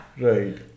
Right